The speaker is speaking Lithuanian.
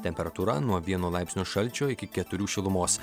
temperatūra nuo vieno laipsnio šalčio iki keturių šilumos